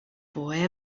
boy